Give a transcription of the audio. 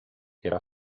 era